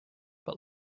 but